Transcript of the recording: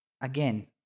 again